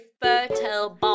fertile